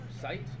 site